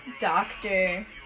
Doctor